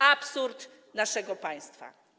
Absurd naszego państwa.